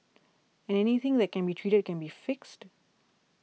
and anything that can be treated can be fixed